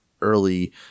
early